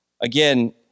Again